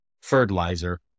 fertilizer